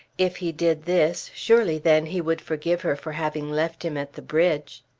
if he did this surely then he would forgive her for having left him at the bridge.